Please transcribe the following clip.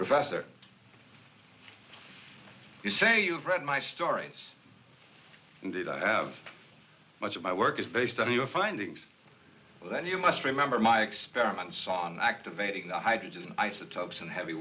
professor you say you've read my stories did i have much of my work is based on your findings that you must remember my experiments on activating the hydrogen isotopes in heavy